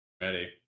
ready